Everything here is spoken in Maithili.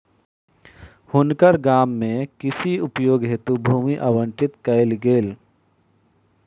हुनकर गाम में कृषि उपयोग हेतु भूमि आवंटित कयल गेल